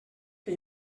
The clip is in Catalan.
que